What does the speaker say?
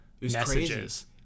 messages